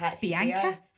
Bianca